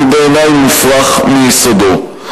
הוא בעיני מופרך מיסודו.